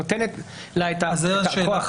שנותנת לה את הכוח.